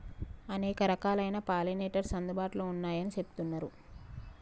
అనేక రకాలైన పాలినేటర్స్ అందుబాటులో ఉన్నయ్యని చెబుతున్నరు